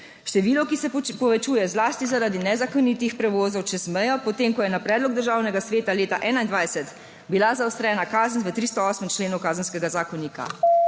Število, ki se povečuje, zlasti zaradi nezakonitih prevozov čez mejo, po tem, ko je na predlog Državnega sveta leta 2021 bila zaostrena kazen v 308. členu Kazenskega zakonika.